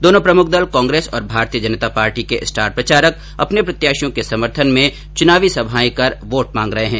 दोनों प्रमुख दल कांग्रेस तथा भारतीय जनता पार्टी के स्टार प्रचारक अपने प्रत्याशियों के समर्थन में चुनावी सभाए कर वोट मांग रहे है